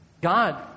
God